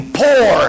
poor